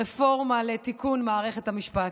הרפורמה לתיקון מערכת המשפט.